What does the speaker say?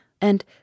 and